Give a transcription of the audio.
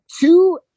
two